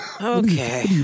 Okay